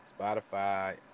Spotify